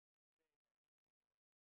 you know actually yeah